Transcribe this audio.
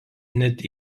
net